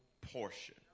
portion